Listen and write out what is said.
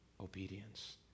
obedience